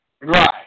Right